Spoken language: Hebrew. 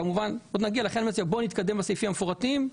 לכן אני מציע שנתקדם לסעיפים המפורטים.